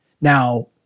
Now